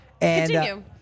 Continue